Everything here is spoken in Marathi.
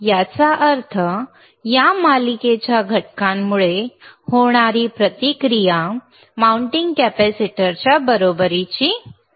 याचा अर्थ या मालिकेच्या घटकांमुळे होणारी प्रतिक्रिया माउंटिंग कॅपेसिटरच्या बरोबरीची आहे